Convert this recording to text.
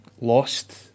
lost